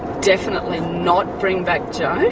definitely not bring back joh,